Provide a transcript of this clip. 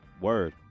Word